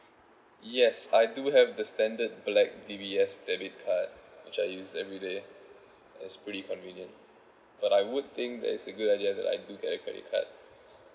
yes I do have the standard black D_B_S debit card which I use everyday it's pretty convenient but I would think that it's a good idea that I do get a credit card